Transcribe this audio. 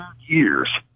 years